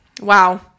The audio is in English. wow